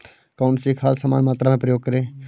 कौन सी खाद समान मात्रा में प्रयोग करें?